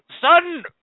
Son